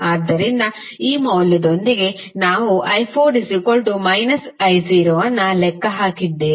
ಆದ್ದರಿಂದ ಈ ಮೌಲ್ಯದೊಂದಿಗೆ ನಾವು i4 I0 ಅನ್ನು ಲೆಕ್ಕ ಹಾಕಿದ್ದೇವೆ